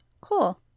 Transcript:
cool